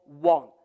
one